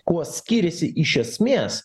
kuo skiriasi iš esmės